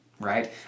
right